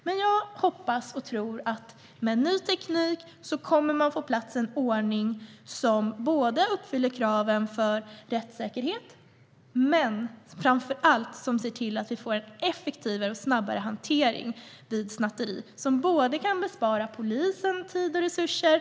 Men jag hoppas och tror att man med ny teknik kommer att få en ordning på plats. Den ska uppfylla kraven på rättssäkerhet men framför allt se till att vi får en effektivare och snabbare hantering vid snatteri. Det kan bespara polisen tid och resurser.